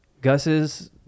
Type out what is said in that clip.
Gus's